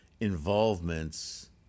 involvements